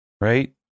Right